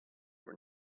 were